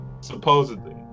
Supposedly